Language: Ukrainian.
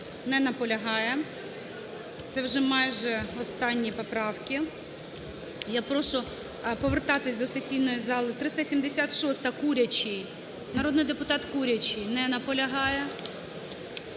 Не наполягає. Це вже майже останні поправки. Я прошу повертатися до сесійної зали. 376-а, Курячий, народний депутат Курячий. Не наполягає.